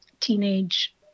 teenage